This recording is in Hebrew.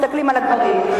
מסתכלים על הדברים,